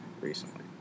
recently